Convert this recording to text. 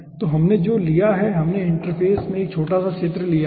तो हमने जो लिया है हमने इंटरफेस में एक छोटा सा क्षेत्र लिया है